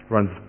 Runs